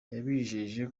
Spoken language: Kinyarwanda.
yabijeje